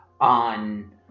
on